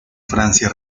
francia